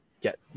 get